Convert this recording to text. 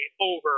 over